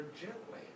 gently